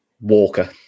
Walker